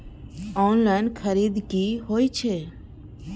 Online खरीद की होए छै?